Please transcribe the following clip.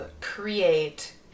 create